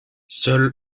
seul